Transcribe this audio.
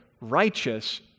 righteous